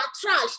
trash